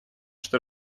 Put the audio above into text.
что